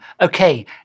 okay